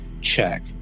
check